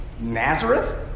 Nazareth